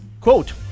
Quote